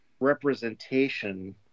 representation